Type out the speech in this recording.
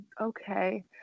Okay